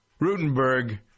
Rutenberg